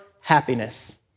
happiness